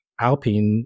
Alpine